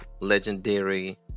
legendary